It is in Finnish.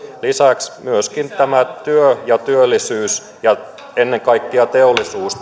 lisäksi työ ja työllisyys ja ennen kaikkea teollisuus